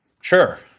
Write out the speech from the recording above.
Sure